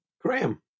Graham